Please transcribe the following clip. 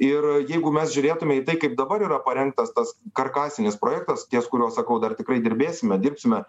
ir jeigu mes žiūrėtume į tai kaip dabar yra parengtas tas karkasinis projektas ties kuriuo sakau dar tikrai dirbėsime dirbsime